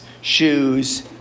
shoes